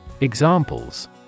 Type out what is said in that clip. Examples